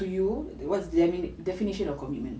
to you what's the definition of commitment